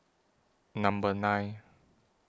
Number nine